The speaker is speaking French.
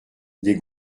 des